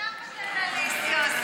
אתה פרונטליסטי.